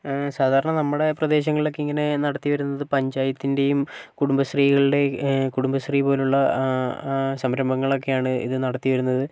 സാധാരണ നമ്മുടെ പ്രദേശങ്ങളിലൊക്കെ ഇങ്ങനെ നടത്തി വരുന്നത് പഞ്ചായത്തിൻ്റെയും കുടുംബശ്രീകളുടെ കുടുംബശ്രീപോലുള്ള സംരംഭങ്ങളൊക്കെയാണ് ഇതു നടത്തി വരുന്നത്